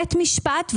בית משפט,